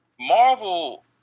Marvel